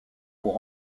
pour